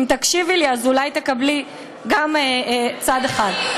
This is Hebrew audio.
אם תקשיבי לי אז אולי תקבלי גם צד אחר.